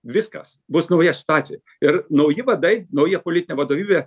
viskas bus nauja situacija ir nauji vadai nauja politinė vadovybė